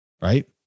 right